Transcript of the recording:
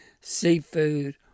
seafood